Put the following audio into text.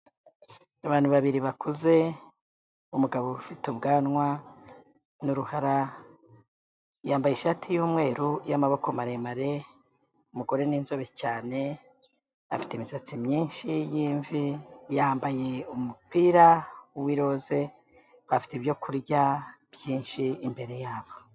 Abantu babiri bakuze umugabo ufite ubwanwa n'uruhara, yambaye ishati y'umweru y'amaboko maremare, umugore ni inzobe cyane, afite imisatsi myinshi y'imvi, yambaye umupira w'iroze, bafite ibyo kurya byinshi imbere yabo.